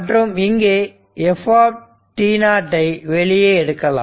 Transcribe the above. மற்றும் இங்கே f ஐ வெளியே எடுக்கலாம்